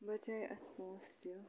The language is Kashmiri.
بَچٲے اَسہِ پونٛسہٕ تہِ